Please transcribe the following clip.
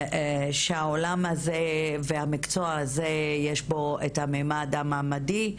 שהעולם הזה והמקצוע הזה יש בו את המימד המעמדי.